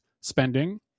spending